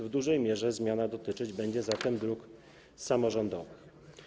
W dużej mierze zmiana dotyczyć będzie zatem dróg samorządowych.